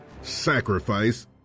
sacrifice